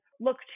look